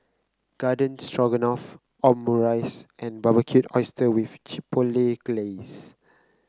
Garden Stroganoff Omurice and Barbecued Oyster with Chipotle Glaze